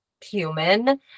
human